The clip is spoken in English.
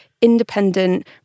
independent